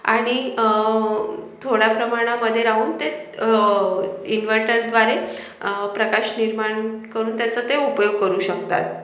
आणि थोड्या प्रमाणामधे राहून ते इन्व्हर्टरद्वारे प्रकाश निर्माण करून त्याचा ते उपयोग करू शकतात